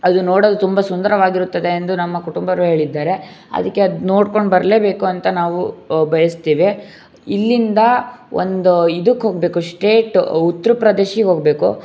ಅದು ನೋಡಲು ತುಂಬ ಸುಂದರವಾಗಿರುತ್ತದೆ ಎಂದು ನಮ್ಮ ಕುಟುಂಬದವ್ರು ಹೇಳಿದ್ದಾರೆ ಅದಕ್ಕೆ ಅದು ನೋಡ್ಕೊಂಡು ಬರಲೇಬೇಕು ಅಂತ ನಾವು ಬಯಸ್ತೇವೆ ಇಲ್ಲಿಂದ ಒಂದು ಇದಕ್ಕೆ ಹೋಗಬೇಕು ಸ್ಟ್ರೇಟ್ ಉತ್ತರ ಪ್ರದೇಶಕ್ಕೆ ಹೋಗಬೇಕು